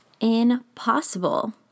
Impossible